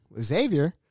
Xavier